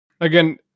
Again